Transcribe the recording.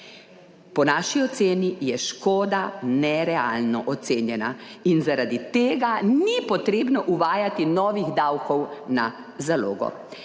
Po naši oceni je škoda nerealno ocenjena in zaradi tega ni potrebno uvajati novih davkov na zalogo.